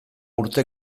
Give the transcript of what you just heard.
urte